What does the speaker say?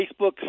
facebook